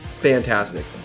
fantastic